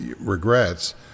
regrets